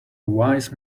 wise